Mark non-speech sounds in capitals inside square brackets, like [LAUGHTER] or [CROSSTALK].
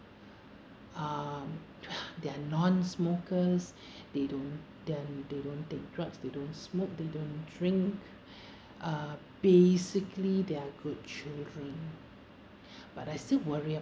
um [BREATH] they're non smokers they don't them they don't take drugs they don't smoke they don't drink [BREATH] uh basically they are good children but I still worry